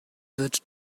wird